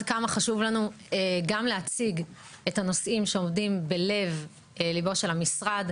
כמה חשוב לנו גם להציג את הנושאים שעומדים בלב ליבו של המשרד,